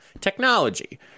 technology